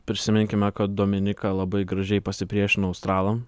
prisiminkime kad dominika labai gražiai pasipriešino australam